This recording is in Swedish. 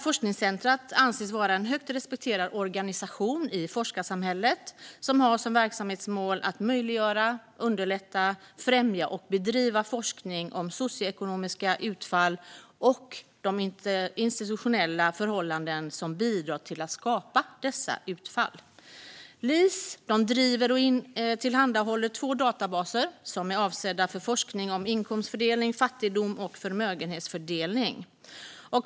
Forskningscentret anses vara en högt respekterad organisation i forskarsamhället och har som verksamhetsmål att möjliggöra, underlätta, främja och bedriva forskning om socioekonomiska utfall och de institutionella förhållanden som bidrar till att skapa dessa utfall. LIS driver och tillhandahåller två databaser som är avsedda för forskning om inkomstfördelning, fattigdom och förmögenhetsfördelning.